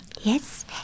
Yes